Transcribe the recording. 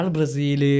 Brazil